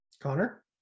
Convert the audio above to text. Connor